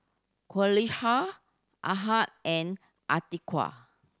Qalisha Ahad and Atiqah